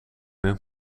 een